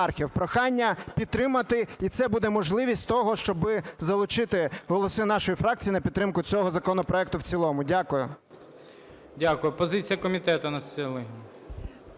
Прохання підтримати, і це буде можливість того, щоби залучити голоси нашої фракції на підтримку цього законопроекту в цілому. Дякую. ГОЛОВУЮЧИЙ. Дякую. Позиція комітету, Анастасія